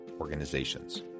Organizations